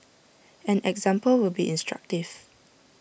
an example would be instructive